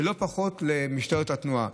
ולא פחות מזה למשטרת התנועה.